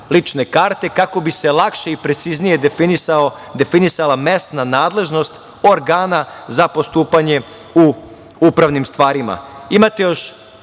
lične karte kako bi se lakše i preciznije definisala mesna nadležnost organa za postupanje u upravnim stvarima. Imate još